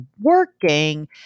working